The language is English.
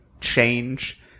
change